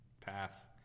pass